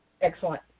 Excellent